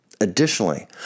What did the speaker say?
Additionally